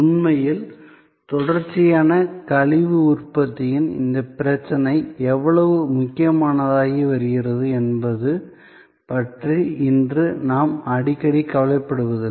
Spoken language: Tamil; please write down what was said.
உண்மையில் தொடர்ச்சியான கழிவு உற்பத்தியின் இந்த பிரச்சனை எவ்வளவு முக்கியமானதாகி வருகிறது என்பது பற்றி இன்று நாம் அடிக்கடி கவலைப்படுவதில்லை